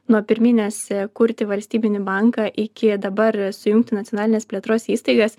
nuo pirminės kurti valstybinį banką iki dabar sujungti nacionalinės plėtros įstaigas